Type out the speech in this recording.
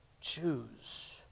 choose